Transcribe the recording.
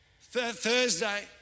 Thursday